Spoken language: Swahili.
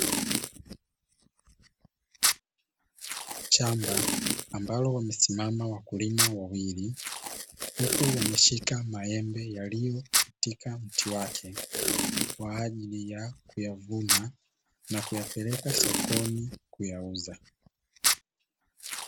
Shamba ambalo wamesimama wakulima wawili huku wameshika maembe yaliyo katika mti wake kwa ajili ya kuyavuna na kuyapeleka sokoni kuyauza.